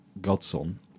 godson